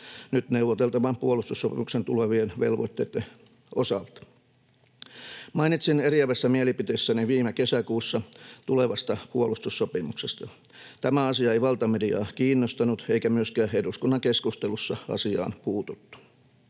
nyt neuvoteltavan puolustussopimuksen tulevien velvoitteitten osalta. Mainitsin eriävässä mielipiteessäni viime kesäkuussa tulevasta puolustussopimuksesta. Tämä asia ei valtamediaa kiinnostunut, eikä myöskään eduskunnan keskustelussa asiaan puututtu.